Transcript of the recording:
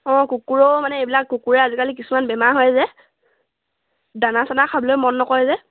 অঁ কুকুৰাও মানে এইবিলাক কুকুৰা আজিকালি কিছুমান বেমাৰ হয় যে দানা চানা খাবলৈ মন নকৰে যে